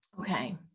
Okay